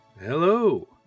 Hello